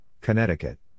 Connecticut